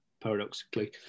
paradoxically